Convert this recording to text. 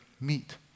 meet